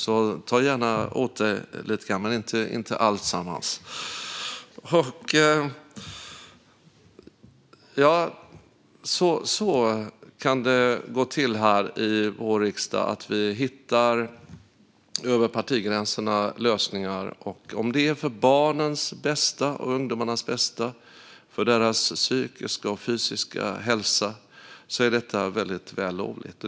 Ta alltså gärna åt dig lite grann, men inte alltsammans! Ja, så kan det gå till här i vår riksdag - att vi hittar lösningar över partigränserna. Om det är för barnens och ungdomarnas bästa, för deras psykiska och fysiska hälsa, är det vällovligt.